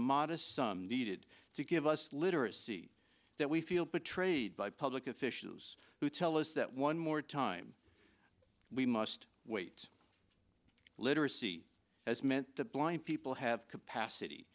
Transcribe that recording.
modest sum needed to give us literacy that we feel betrayed by public officials who tell us that one more time we must wait literacy has meant the blind people have capacity